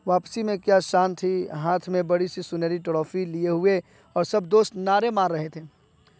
واپسی میں کیا شان تھی ہاتھ میں بڑی سی سنہری ٹرافی لیے ہوئے اور سب دوست نعرے مار رہے تھے